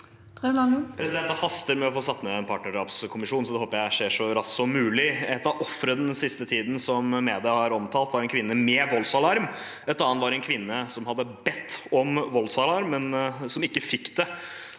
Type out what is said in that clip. Det haster med å få satt ned en partnerdrapskommisjon, så det håper jeg skjer så raskt som mulig. Et av ofrene den siste tiden, som media har omtalt, var en kvinne med voldsalarm. Et annet var en kvinne som hadde bedt om voldsalarm, men som ikke fikk det.